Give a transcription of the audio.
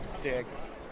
dicks